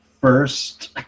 first